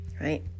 right